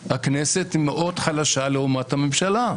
הכנסת מאוד חלשה לעומת הממשלה.